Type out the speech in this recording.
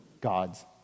God's